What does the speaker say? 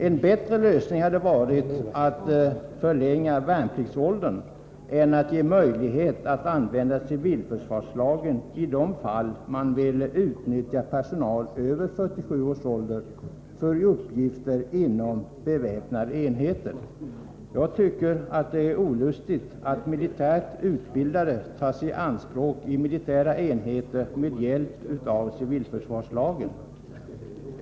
En bättre lösning hade varit att förlänga värnpliktsåldern än att ge möjlighet att använda civilförsvarslagen i de fall där man vill utnyttja personal över 47 års ålder för uppgifter inom beväpnade enheter. Jag tycker att det är olustigt att militärt utbildade tas i anspråk i militära enheter med hjälp av civilförsvarslagen.